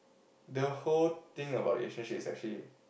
the whole thing about relationship is actually